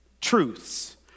Truths